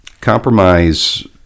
compromise